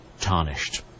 tarnished